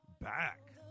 back